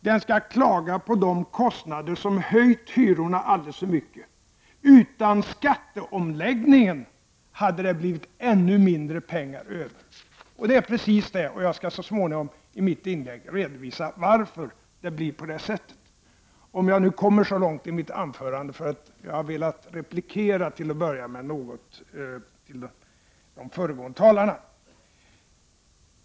Den skall klaga på de kostnader som höjt hyrorna alldeles för mycket. Utan skatteomläggningen hade det blivit ännu mindre pengar över. Jag skall så småningom i mitt inlägg redovisa varför det blir på det sättet — om jag nu kommer så långt i mitt anförande, då jag till att börja med har velat replikera de föregående talarna.